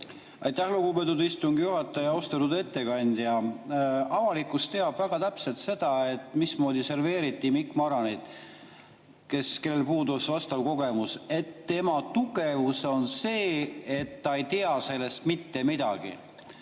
Aitäh, lugupeetud istungi juhataja! Austatud ettekandja! Avalikkus teab väga täpselt, mismoodi serveeriti Mikk Marranit, kellel puudus vastav kogemus: tema tugevus on see, et ta ei tea sellest mitte midagi.